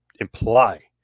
imply